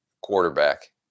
Quarterback